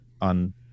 on